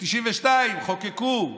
ב-1992 חוקקו,